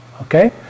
Okay